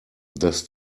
dass